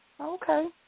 Okay